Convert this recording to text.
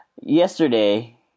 yesterday